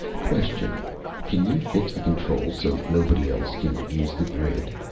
question can you fix the controls so nobody else can use the grid?